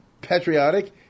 patriotic